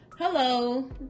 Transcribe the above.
Hello